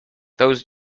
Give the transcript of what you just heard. those